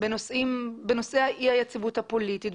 בנושאי אי היציבות הפוליטית,